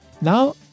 Now